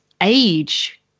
age